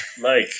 Mike